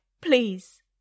please